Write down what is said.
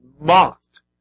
mocked